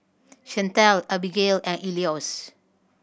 Chantelle Abigayle and Elois